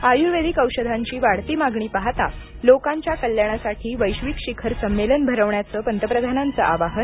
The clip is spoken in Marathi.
आयुर्वेदिक औषधांची वाढती मागणी पाहता लोकांच्या कल्याणासाठी वैश्विक शिखर संमेलन भरवण्याचं पंतप्रधानांचं आवाहन